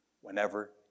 whenever